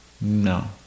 no